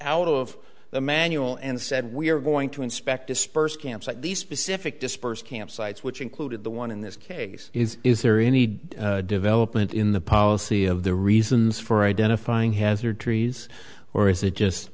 out of the manual and said we are going to inspect dispersed camps at these specific dispersed camp sites which included the one in this case is is there any development in the policy of the reasons for identifying hazard trees or is it just